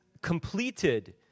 completed